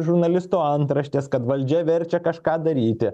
žurnalisto antraštės kad valdžia verčia kažką daryti